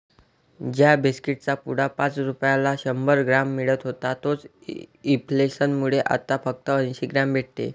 ज्या बिस्कीट चा पुडा पाच रुपयाला शंभर ग्राम मिळत होता तोच इंफ्लेसन मुळे आता फक्त अंसी ग्राम भेटते